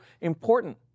important